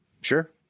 Sure